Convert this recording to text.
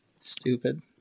stupid